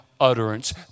utterance